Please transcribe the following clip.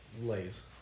Lay's